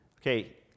Okay